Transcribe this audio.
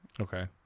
okay